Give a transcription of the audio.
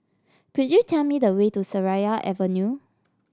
could you tell me the way to Seraya Avenue